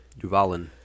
Duvalin